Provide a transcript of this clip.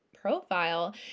profile